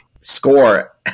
score